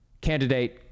Candidate